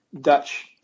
Dutch